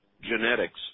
genetics